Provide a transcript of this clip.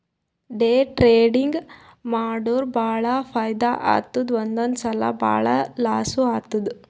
day trading ಮಾಡುರ್ ಭಾಳ ಫೈದಾ ಆತ್ತುದ್ ಒಂದೊಂದ್ ಸಲಾ ಭಾಳ ಲಾಸ್ನೂ ಆತ್ತುದ್